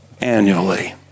annually